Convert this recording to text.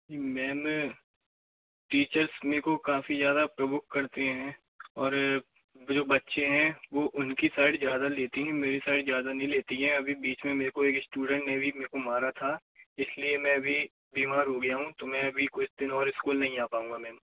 ma'am teachers मे को काफ़ी ज़्यादा प्रोवोक करतें हैं और जो बच्चे हैं वह उनकी साइड ज़्यादा लेती हैं मेरी साइड ज़्यादा नहीं लेती हैं अभी बीच में मेरे को एक स्टूडेंट ने भी मेरे को मारा था इसलिए मैं भी बीमार हो गया हूँ तो मैं अभी कुछ दिन और स्कूल नही आ पाऊँगा मैम